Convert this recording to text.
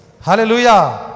Hallelujah